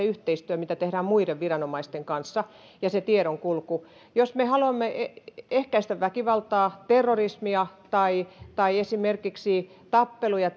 yhteistyö mitä tehdään muiden viranomaisten kanssa ja se tiedonkulku jos me haluamme ehkäistä väkivaltaa terrorismia tai tai esimerkiksi tappeluja